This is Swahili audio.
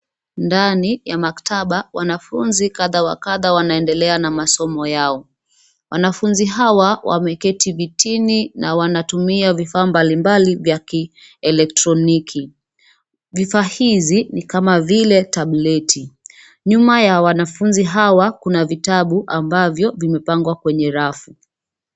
Ndani ya maktaba wanafunzi kadha wa kadha wanaendelea na masomo yao. Wanafunzi hawa wameketi vitini na wanatumia vifaa mbali mbali vya kielektroniki. Vifaa hizi ni kama vile tableti. Nyuma ya wanafunzi hawa kuna vitabu ambavyo vimepangwa kwenye rafu.